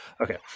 Okay